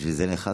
בשביל זה נלחצנו.